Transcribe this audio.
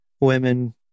women